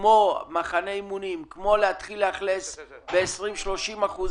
כמו מחנה אימונים ולהתחיל לאכלס 20%-30%